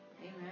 Amen